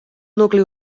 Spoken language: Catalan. nucli